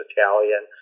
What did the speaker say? Italian